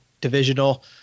divisional